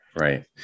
Right